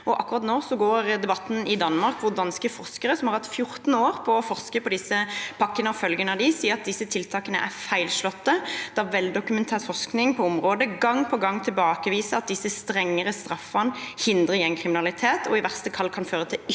Akkurat nå går debatten i Danmark. Danske forskere, som har hatt 14 år på å forske på disse pakkene og følgene av dem, sier at disse tiltakene er feilslått da veldokumentert forskning på området gang på gang tilbakeviser at de strenge straffene hindrer gjengkriminalitet, og at de i verste fall kan føre til ytterligere